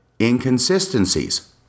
Inconsistencies